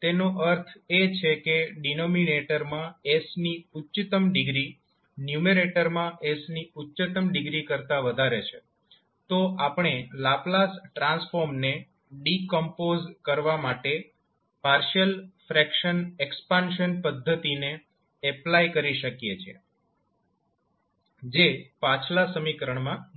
તેનો અર્થ એ છે કે ડિનોમિનેટરમાં s ની ઉચ્ચતમ ડિગ્રી ન્યૂમેરેટરમાં s ની ઉચ્ચતમ ડિગ્રી કરતા વધારે છે તો આપણે લાપ્લાસ ટ્રાન્સફોર્મને ડિકોમ્પોઝ કરવા માટે પાર્શીયલ ફ્રેક્શન એક્સપાન્શન પદ્ધતિને એપ્લાય કરી શકીએ છીએ જે પાછલા સમીકરણમાં બતાવેલ છે